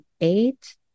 Eight